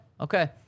okay